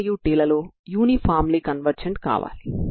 n 0123